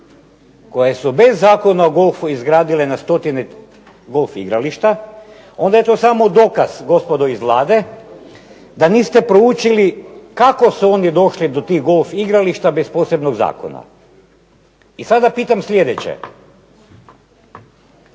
koje su bez zakona o golfu izgradile na stotine golf igrališta onda je to samo dokaz, gospodo iz Vlade, da niste proučili kako su oni došli do tih golf igrališta bez posebnog zakona. I sada pitam sljedeće,